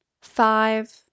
Five